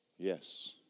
Yes